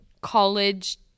college